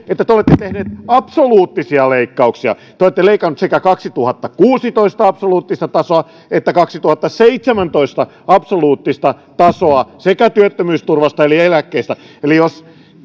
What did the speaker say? että te olette tehneet absoluuttisia leikkauksia te olette leikanneet sekä kaksituhattakuusitoista absoluuttista tasoa että kaksituhattaseitsemäntoista absoluuttista tasoa sekä työttömyysturvasta että eläkkeistä eli jos